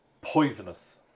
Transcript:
Poisonous